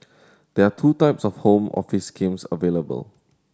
there are two types of Home Office schemes available